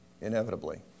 inevitably